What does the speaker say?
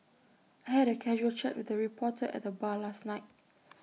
I had A casual chat with A reporter at the bar last night